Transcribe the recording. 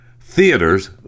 theaters